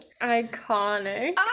Iconic